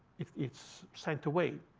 it's it's sent away.